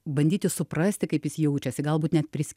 bandyti suprasti kaip jis jaučiasi galbūt net pris